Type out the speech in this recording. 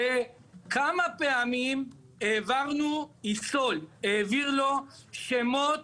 זה כמה פעמים העברנו, איסו"ל העביר לו שמות